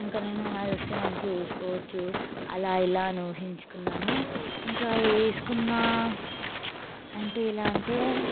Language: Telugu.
ఇంక నేను అది వస్తే మంచిగా వేసుకోచ్చు అలా ఇలా అని ఊహించుకున్నాను ఇంకా వేసుకున్నా అంటే ఎలా అంటే